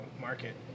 market